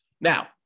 now